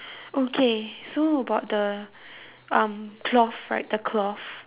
okay so about the um cloth right the cloth